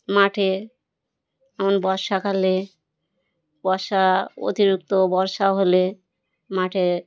মাঠে এমন বর্ষাকালে বর্ষা অতিরিক্ত বর্ষা হলে মাঠে